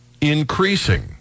increasing